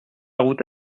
route